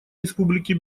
республики